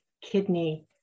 kidney